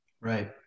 Right